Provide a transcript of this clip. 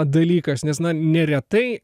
dalykas nes na neretai